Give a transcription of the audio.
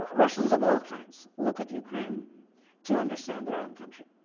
russians of all kinds look at ukraine to understand their own country,